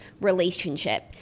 relationship